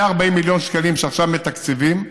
140 מיליון שקלים עכשיו מתקצבים,